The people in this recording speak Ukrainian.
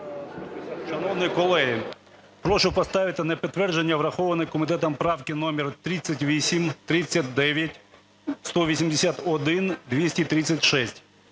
Шановні колеги, прошу поставити на підтвердження враховані комітетом правки номер: 38, 39, 181, 236.